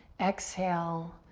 exhale,